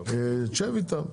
תשב איתם.